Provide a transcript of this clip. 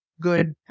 good